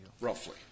Roughly